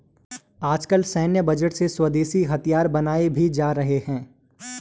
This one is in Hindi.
आजकल सैन्य बजट से स्वदेशी हथियार बनाये भी जा रहे हैं